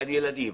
גן ילדים.